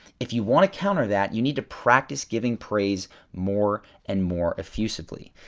if you want to counter, that you need to practice giving praise more and more effusively.